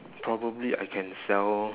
probably I can sell